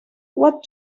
what